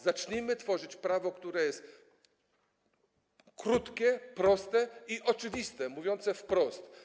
Zacznijmy tworzyć prawo, które jest krótkie, proste i oczywiste, mówiące wprost.